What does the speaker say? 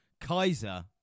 Kaiser